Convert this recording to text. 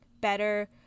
better